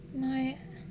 not yet